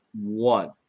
one